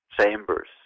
chambers